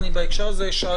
בהקשר הזה אני אשאל,